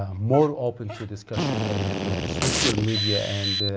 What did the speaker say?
um more open to discussion and the social media and